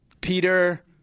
Peter